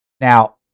Now